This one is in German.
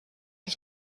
ich